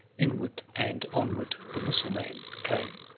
inward and onward the mussulman came.